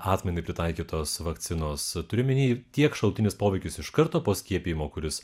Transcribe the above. atmintį pritaikytos vakcinos turiu omeny tiek šalutinius poveikius iš karto po skiepijimo kuris